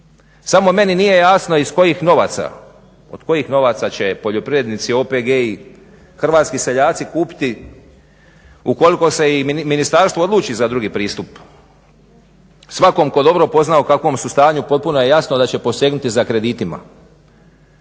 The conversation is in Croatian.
samo meni nije jasno iz kojih novaca, od kojih novaca će poljoprivrednici, OPG-i, hrvatski seljaci kupiti ukoliko se i ministarstvo odluči za drugi pristup. Svatko tko dobro pozna o kakvom su stanju, potpuno je jasno da će posegnuti za kreditima.